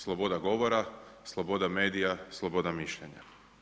Sloboda govora, sloboda medija, sloboda mišljenja.